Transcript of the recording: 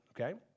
okay